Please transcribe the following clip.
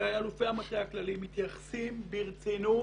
ואלופי המטה הכללי מתייחסים ברצינות